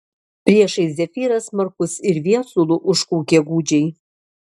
priešais zefyras smarkus ir viesulu užkaukė gūdžiai